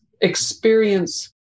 experience